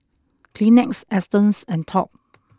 Kleenex Astons and Top